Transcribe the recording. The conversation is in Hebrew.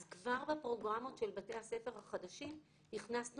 אז כבר בפרוגרמות של בתי הספר החדשים הכנסנו